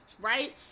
right